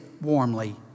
warmly